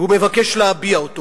והוא מבקש להביע אותו,